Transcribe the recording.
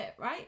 right